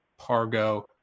Pargo